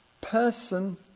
person